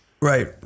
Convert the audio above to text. Right